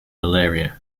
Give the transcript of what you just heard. malaria